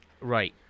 Right